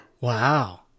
Wow